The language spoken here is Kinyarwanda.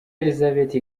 elisabeth